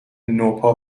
نوپا